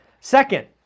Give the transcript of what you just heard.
Second